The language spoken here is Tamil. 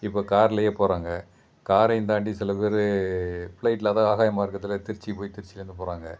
இப்போ காரிலயே போகிறாங்க காரையும் தாண்டி சில பேர் ஃப்ளைட்டில் அதுதான் ஆகாய மார்க்கத்தில் திருச்சி போய் திருச்சிலேருந்து போகிறாங்க